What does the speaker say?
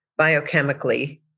biochemically